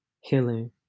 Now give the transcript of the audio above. healing